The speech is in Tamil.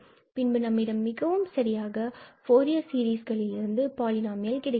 பின்பு நம்மிடம் மிகவும் சரியாக ஃபூரியர் சீரிஸ்களிலிருந்து பாலினாமியல் கிடைக்கிறது